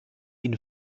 ihn